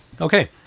Okay